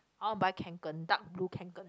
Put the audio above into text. I want buy Kanken dark blue Kanken